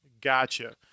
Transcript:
Gotcha